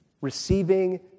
Receiving